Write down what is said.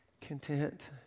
content